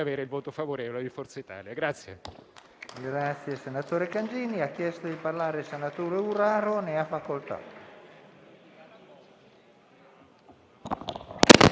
avere il voto favorevole di Forza Italia.